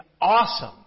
awesome